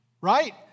right